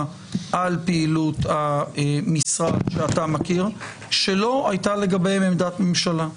על פעילות המשרד שאתה מכיר שלא הייתה לגביהם עמדת ממשלה?